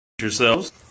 yourselves